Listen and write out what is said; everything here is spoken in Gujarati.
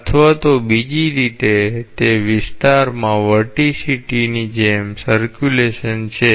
અથવા તો બીજી રીતે તે વિસ્તાર માં વર્ટિસિટી જેમ પરિભ્રમણ છે